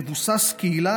מבוסס קהילה,